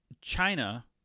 China